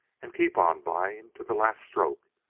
and keep on buying to the last stroke,